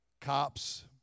Cops